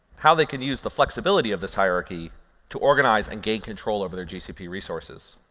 how they can use the flexibility of this hierarchy to organize and gain control over their gcp resources.